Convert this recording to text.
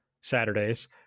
Saturdays